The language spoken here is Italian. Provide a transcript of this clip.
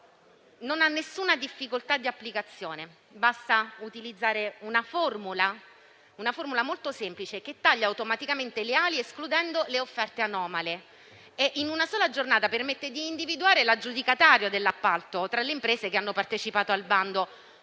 non ha alcuna difficoltà di applicazione; basta utilizzare una formula molto semplice, che taglia automaticamente le ali, escludendo le offerte anomale e in una sola giornata permette di individuare l'aggiudicatario dell'appalto tra le imprese che hanno partecipato al bando.